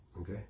Okay